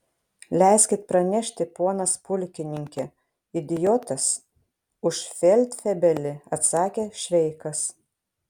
leiskit pranešti ponas pulkininke idiotas už feldfebelį atsakė šveikas